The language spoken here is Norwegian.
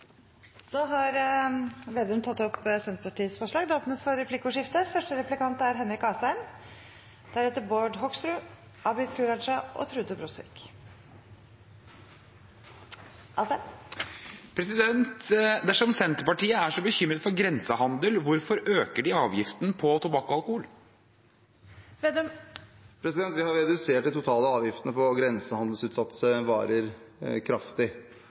Vedum har tatt opp de forslagene han refererte til. Det blir replikkordskifte. Dersom Senterpartiet er så bekymret for grensehandel, hvorfor øker de da avgiftene på tobakk og alkohol? Vi har redusert de totale avgiftene på grensehandelsutsatte varer kraftig.